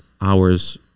hours